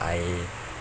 I